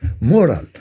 moral